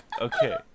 Okay